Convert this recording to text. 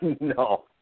No